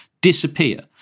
disappear